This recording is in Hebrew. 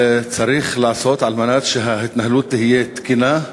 צריך לעשות על מנת שההתנהלות תהיה תקינה,